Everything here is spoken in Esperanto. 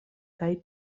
kaj